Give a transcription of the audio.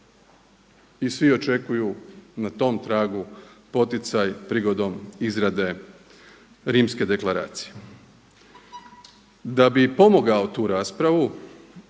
i svi očekuju na tom tragu poticaj prigodom izrade Rimske deklaracije. Da bi pomogao tu raspravu